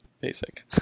basic